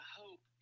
hope